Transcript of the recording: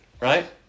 Right